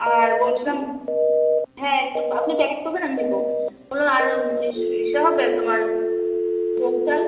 আর বলছিলাম হ্যাঁ একটু আপনি প্যাকেট করবেন আমি নেবো ওরম আর ইসে ইসে হবে তোমার ভোগ চাল